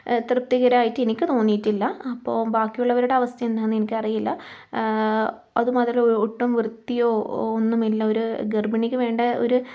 തൃപ്തികരം ആയിട്ട് എനിക്ക് തോന്നിയിട്ടില്ല അപ്പോൾ ബാക്കിയുള്ളവരുടെ അവസ്ഥ എന്താണെന്ന് എനിക്കറിയില്ല അതുമാത്രമല്ല ഒട്ടും വൃത്തിയോ ഒന്നും ഇല്ല ഒരു ഗർഭിണിക്ക് വേണ്ട ഒര്